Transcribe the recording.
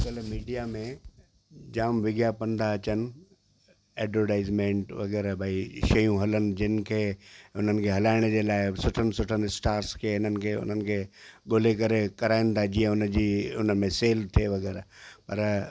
अॼु मीडिया में जाम विज्ञापन था अचनि एडवर्टाइजमेंट वग़ैरह भाई शयूं हलनि जिनि खे उन्हनि खे हलाइण जे लाइ सुठे में सुठनि स्टार्स खे इननि खे उन्हनि खे ॻोल्हे करे कराइनि था जीअं हुनजी हुन में सेल थिए वग़ैरह और